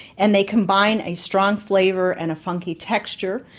and they combine a strong flavour and a funky texture.